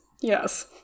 Yes